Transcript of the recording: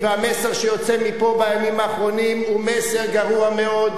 והמסר שיוצא מפה בימים האחרונים הוא מסר גרוע מאוד,